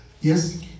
Yes